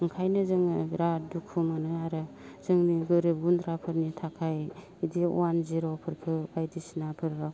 ओंखायनो जोङो बेराद दुखु मोनो आरो जोंनि गोरिब गुन्द्राफोरनि थाखाय बिदि अवान जिर'फोरखौ बायदिसिनाफोर